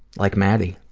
like matty.